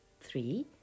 Three